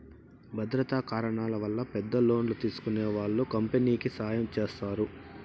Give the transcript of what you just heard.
భద్రతా కారణాల వల్ల పెద్ద లోన్లు తీసుకునే వాళ్ళు కంపెనీకి సాయం చేస్తారు